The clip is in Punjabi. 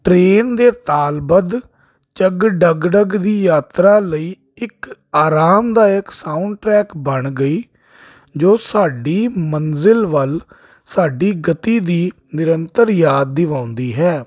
ਟਰੇਨ ਦੇ ਤਾਲਬੱਧ ਜਗ ਡਗ ਡਗ ਦੀ ਯਾਤਰਾ ਲਈ ਇੱਕ ਆਰਾਮ ਦਾ ਇਕ ਸਾਊਂਡ ਟਰੈਕ ਬਣ ਗਈ ਜੋ ਸਾਡੀ ਮੰਜ਼ਿਲ ਵੱਲ ਸਾਡੀ ਗਤੀ ਦੀ ਨਿਰੰਤਰ ਯਾਦ ਦਿਵਾਉਂਦੀ ਹੈ